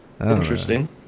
Interesting